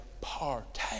party